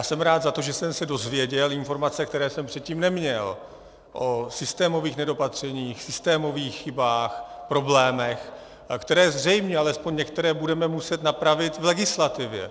Jsem rád za to, že jsem se dozvěděl informace, které jsem předtím neměl, o systémových nedopatřeních, systémových chybách, problémech, které zřejmě, alespoň některé, budeme muset napravit v legislativě.